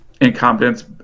incompetence